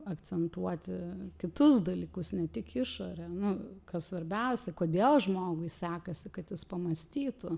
akcentuoti kitus dalykus ne tik išorę nu kas svarbiausia kodėl žmogui sekasi kad jis pamąstytų